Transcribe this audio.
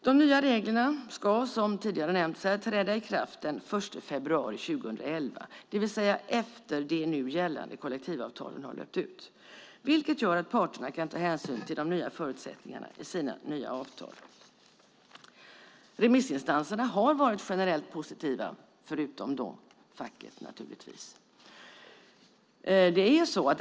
De nya reglerna ska som sagt träda i kraft den 1 februari 2011, det vill säga efter att de nu gällande kollektivavtalen har löpt ut, vilket gör att parterna kan ta hänsyn till de nya förutsättningarna i sina nya avtal. Remissinstanserna har varit generellt positiva, förutom facket, naturligtvis.